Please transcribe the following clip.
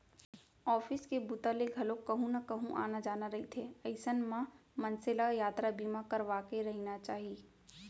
office के बूता ले घलोक कहूँ न कहूँ आना जाना रहिथे अइसन म मनसे ल यातरा बीमा करवाके रहिना चाही